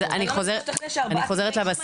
אני לא מצליחה להשתכנע שארבעה כתבי האישום